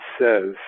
says